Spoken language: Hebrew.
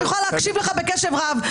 אני יכולה להקשיב לך בקשב רב.